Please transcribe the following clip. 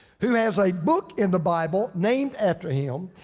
who has a book in the bible named after him.